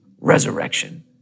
resurrection